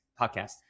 podcast